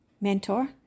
mentor